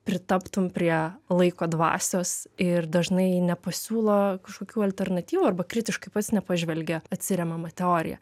pritaptum prie laiko dvasios ir dažnai nepasiūlo kažkokių alternatyvų arba kritiškai pats nepažvelgia į atsiremiamą teoriją